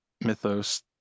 mythos